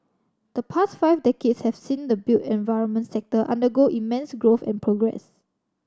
the past five decades have seen the built environment sector undergo immense growth and progress